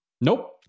Nope